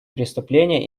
преступления